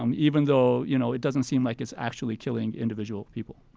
um even though you know it doesn't seem like it's actually killing individual people.